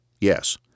Yes